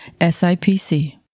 SIPC